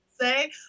say